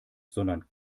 sondern